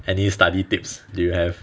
any study tips do you have